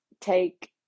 Take